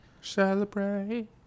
Celebrate